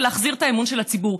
ולהחזיר את האמון של הציבור,